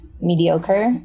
mediocre